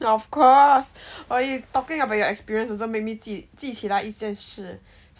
of course while you talking about your experience also made me 记起来一件事